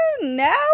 no